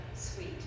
Sweet